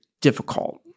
difficult